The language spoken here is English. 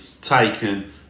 taken